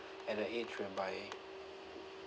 at that age whereby